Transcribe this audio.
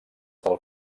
del